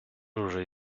уже